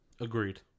Agreed